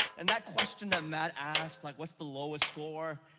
and that question that matt asked, like what's the lowest score?